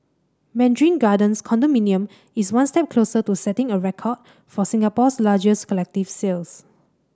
Mandarin Gardens condominium is one step closer to setting a record for Singapore's largest collective sales